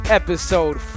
episode